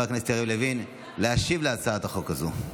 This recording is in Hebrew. הכנסת יריב לוין להשיב על הצעת החוק הזו.